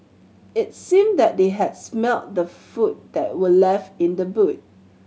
it seemed that they had smelt the food that were left in the boot